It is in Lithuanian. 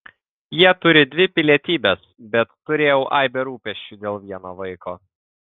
jie turi dvi pilietybes bet turėjau aibę rūpesčių dėl vieno vaiko